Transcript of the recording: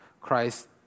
Christ